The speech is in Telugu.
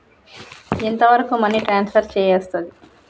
ఎంత వరకు మనీ ట్రాన్స్ఫర్ చేయస్తది?